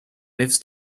lives